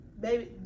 baby